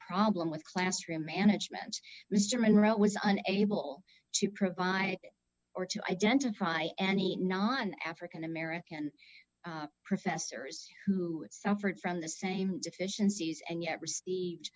problem with classroom management mr monroe was unable to provide or to identify any non african american professors who suffered from the same deficiencies and yet received